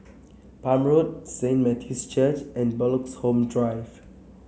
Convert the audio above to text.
Palm Road Saint Matthew's Church and Bloxhome Drive